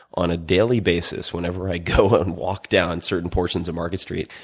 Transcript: on a daily basis, whenever i go and walk down certain portions of market street,